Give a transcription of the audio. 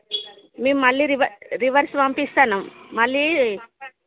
మేము మళ్ళీ రివర్స్ పంపిస్తున్నాం మళ్ళీ